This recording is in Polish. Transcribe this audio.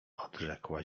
odrzekła